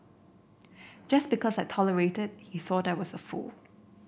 just because I tolerated he thought I was a fool